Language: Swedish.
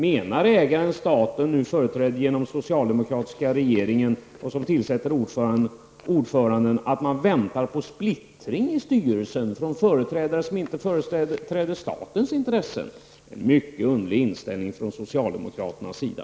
Menar ägaren/staten -- företrädd av den socialdemokratiska regeringen -- som tillsätter ordförande att man väntar sig en splittring i styrelsen orsakad av företrädare som inte företräder statens intressen? Det är en mycket underlig inställning från socialdemokraternas sida.